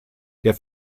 der